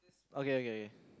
okay okay okay